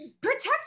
protect